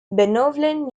benevolent